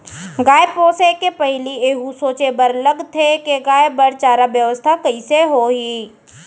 गाय पोसे के पहिली एहू सोचे बर लगथे कि गाय बर चारा बेवस्था कइसे होही